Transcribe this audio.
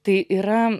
tai yra